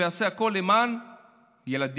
ואעשה הכול למען הילדים,